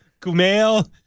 Kumail